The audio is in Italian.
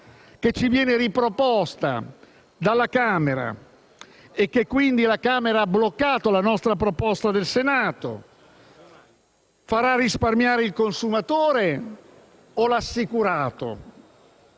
che ci viene riproposta dalla Camera (quindi la Camera ha bocciato la proposta del Senato), farà risparmiare il consumatore o l'assicurato?